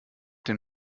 den